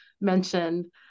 mentioned